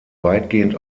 weitgehend